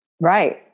Right